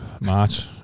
March